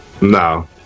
no